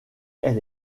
elle